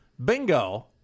Bingo